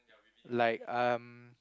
like um